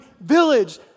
village